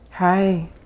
Hi